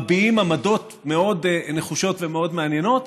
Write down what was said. ומביעים עמדות מאוד נחושות ומאוד מעניינות.